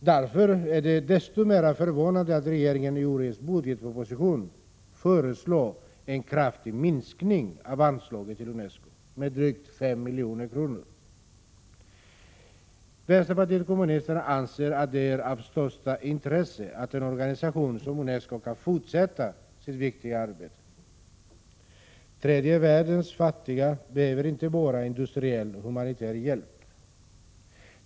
Därför är det desto mer förvånande att regeringen i årets budgetproposition föreslår en kraftig minskning av anslaget till UNESCO, drygt 5 milj.kr. Vänsterpartiet kommunisterna anser att det är av största intresse att en organisation som UNESCO kan fortsätta sitt viktiga arbete. Tredje världens fattiga behöver inte bara industriell och humanitär hjälp.